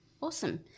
awesome